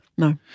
No